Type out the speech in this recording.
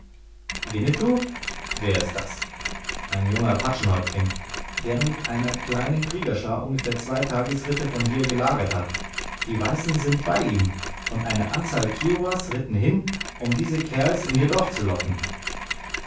winnetou wer ist das ein junger apachenhäuptling der mit einer kleinen kriegerschar ungefähr zwei tagesritte von hier gelagert hat die weißen sind bei ihm und eine anzahl kiowas ritten hin um diese kerls in ihr dorf zu locken